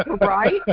Right